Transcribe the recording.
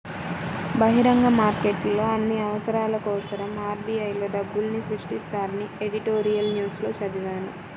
బహిరంగ మార్కెట్లో అన్ని అవసరాల కోసరం ఆర్.బి.ఐ లో డబ్బుల్ని సృష్టిస్తారని ఎడిటోరియల్ న్యూస్ లో చదివాను